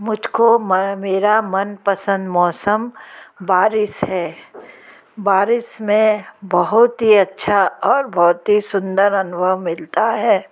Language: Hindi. मुझको मैं मेरा मनपसंद मौसम बारिश है बारिश में बहुत ही अच्छा और बहुत ही सुन्दर अनुभव मिलता है